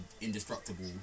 indestructible